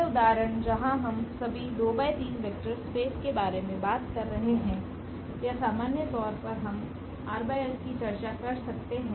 यह उदाहरण जहां हम सभी 2 ×3 वेक्टर स्पेस के बारे में बात कर रहे हैं या सामान्य तौर पर हम की चर्चा कर सकते हैं